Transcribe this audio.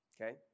Okay